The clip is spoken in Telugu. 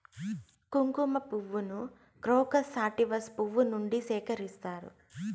కుంకుమ పువ్వును క్రోకస్ సాటివస్ పువ్వు నుండి సేకరిస్తారు